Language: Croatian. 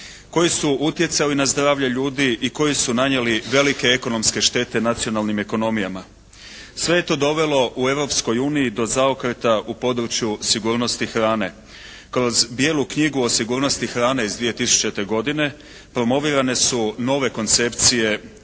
koji su utjecali na zdravlje ljudi i koji su nanijeli velike ekonomske štete nacionalnim ekonomijama. Sve je to dovelo u Europskoj uniji do zaokreta u području sigurnosti hrane. Kroz Bijelu knjigu o sigurnosti hranu iz 2000. godine promovirane su nove koncepcije